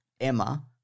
Emma